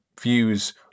views